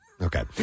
Okay